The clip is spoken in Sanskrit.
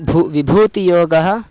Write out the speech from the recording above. भू विभूतियोगः